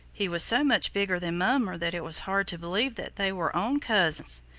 he was so much bigger than mummer that it was hard to believe that they were own cousins.